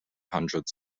hundreds